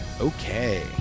Okay